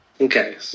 Okay